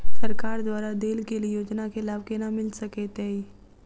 सरकार द्वारा देल गेल योजना केँ लाभ केना मिल सकेंत अई?